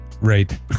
Right